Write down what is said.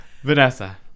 Vanessa